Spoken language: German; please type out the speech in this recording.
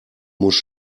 muss